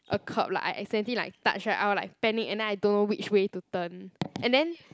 a curb like I accidentally like touch right I will like panic and then I don't know which way to turn and then